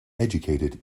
educated